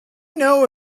know